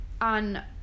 on